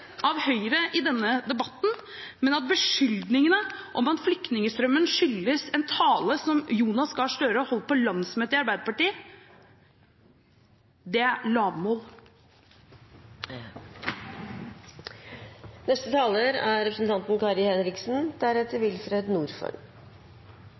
av Høyre i denne debatten, men at beskyldningene om at flyktningstrømmen skyldes en tale som Jonas Gahr Støre holdt på landsmøtet i Arbeiderpartiet – det er lavmål. Det er med litt overraskelse jeg hørte representanten